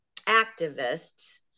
activists